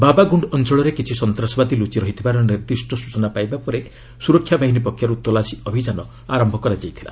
ବାବାଗ୍ରଣ୍ଡ ଅଞ୍ଚଳରେ କିଛି ସନ୍ତାସବାଦୀ ଲୁଚି ରହିଥିବାର ନିର୍ଦ୍ଦିଷ୍ଟ ସ୍ୱଚନା ପାଇବା ପରେ ସୁରକ୍ଷା ବାହିନୀ ପକ୍ଷରୁ ତଲାସି ଅଭିଯାନ ଆରମ୍ଭ କରାଯାଇଥିଲା